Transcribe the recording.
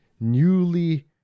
Newly